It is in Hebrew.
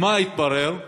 ומה התברר?